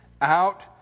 out